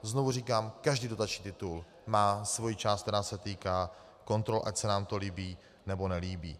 Znovu říkám, každý dotační titul má svoji část, která se týká kontrol, ať se nám to líbí, nebo nelíbí.